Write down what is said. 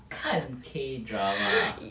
看 K drama ah